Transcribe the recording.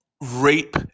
Rape